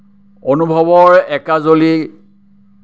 অনুভৱৰ একাঁজলি